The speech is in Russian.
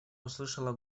услышала